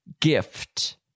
gift